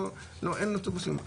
אין אוטובוסים.